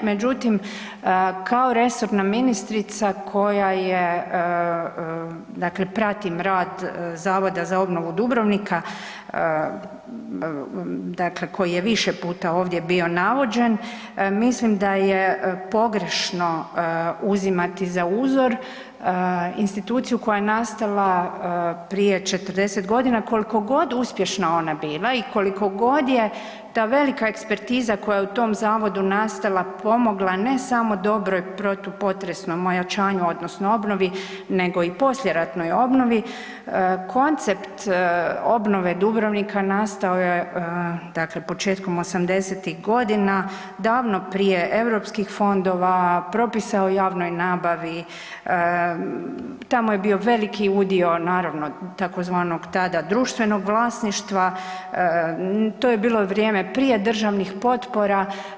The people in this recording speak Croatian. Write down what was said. Međutim, kao resorna ministrica koja prati rad Zavoda za obnovu Dubrovnika koji je više puta ovdje bio navođen, mislim da je pogrešno uzimati za uzor instituciju koja je nastala prije 40 godina koliko god ona uspješna bila i koliko god je ta velika ekspertiza koja je u tom zavodu nastala pomogla ne samo dobrom protupotresnom ojačanju odnosno obnovi nego i poslijeratnoj obnovi, koncept obnove Dubrovnika nastao je početkom osamdesetih godina, davno prije eu fondova, pripisa o javnoj nabavi, tamo je bio veliki udio naravno tzv. tada društvenog vlasništva, to je bilo vrijeme prije državnih potpora.